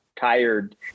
tired